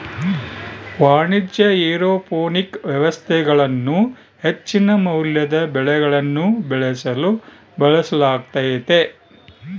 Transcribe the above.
ವಾಣಿಜ್ಯ ಏರೋಪೋನಿಕ್ ವ್ಯವಸ್ಥೆಗಳನ್ನು ಹೆಚ್ಚಿನ ಮೌಲ್ಯದ ಬೆಳೆಗಳನ್ನು ಬೆಳೆಸಲು ಬಳಸಲಾಗ್ತತೆ